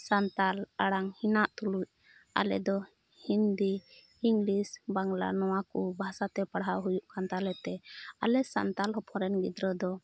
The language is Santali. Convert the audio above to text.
ᱥᱟᱱᱛᱟᱞ ᱟᱲᱟᱝ ᱦᱮᱱᱟᱜ ᱛᱩᱞᱩᱪ ᱟᱞᱮ ᱫᱚ ᱦᱤᱱᱫᱤ ᱤᱝᱞᱤᱥ ᱵᱟᱝᱞᱟ ᱱᱚᱣᱟ ᱠᱚ ᱵᱷᱟᱥᱟᱛᱮ ᱯᱟᱲᱦᱟᱣ ᱦᱩᱭᱩᱜ ᱠᱟᱱ ᱛᱟᱞᱮᱛᱮ ᱟᱞᱮ ᱥᱟᱱᱛᱟᱞ ᱦᱚᱯᱚᱱ ᱨᱮᱱ ᱜᱤᱫᱽᱨᱟᱹ ᱫᱚ